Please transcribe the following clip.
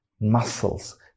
muscles